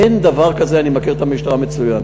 אין דבר כזה, אני מכיר את המשטרה מצוין.